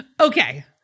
Okay